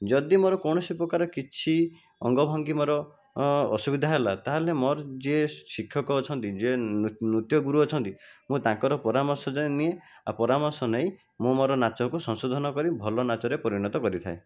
ଯଦି ମୋର କୌଣସି ପ୍ରକାର କିଛି ଅଙ୍ଗଭଙ୍ଗି ମୋର ଅସୁବିଧା ହେଲା ତାହେଲେ ମୋର ଯିଏ ଶିକ୍ଷକ ଅଛନ୍ତି ଯିଏ ନୃତ୍ୟ ଗୁରୁ ଅଛନ୍ତି ମୁଁ ତାଙ୍କର ପରାମର୍ଶ ଯାଇ ନିଏ ଆଉ ପରାମର୍ଶ ନେଇ ମୁଁ ମୋର ନାଚକୁ ସଂଶୋଧନ କରି ଭଲ ନାଚରେ ପରିଣତ କରିଥାଏ